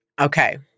Okay